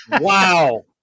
Wow